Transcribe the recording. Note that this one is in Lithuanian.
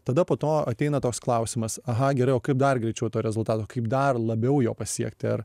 tada po to ateina toks klausimas aha gerai o kaip dar greičiau to rezultato kaip dar labiau jo pasiekti ar